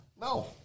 No